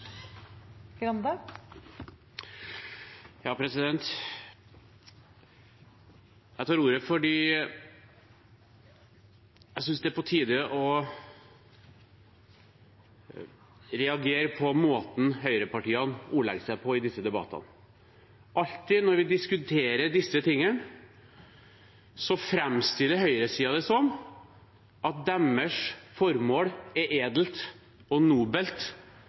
på tide å reagere på måten høyrepartiene ordlegger seg på i disse debattene. Alltid når vi diskuterer disse tingene, framstiller høyresiden det som at deres formål er edelt og nobelt,